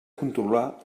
controlar